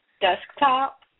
desktop